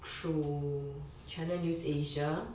through channel news asia